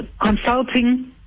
consulting